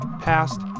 past